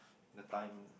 the time